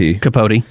Capote